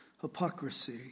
hypocrisy